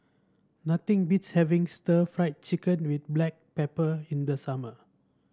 nothing beats having Stir Fried Chicken with Black Pepper in the summer